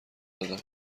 دادن